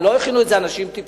הרי לא הכינו את זה אנשים טיפשים.